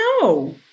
no